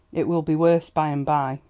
it will be worse by and by!